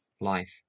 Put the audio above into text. life